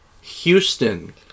Houston